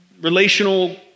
relational